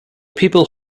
people